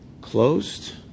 Closed